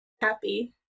happy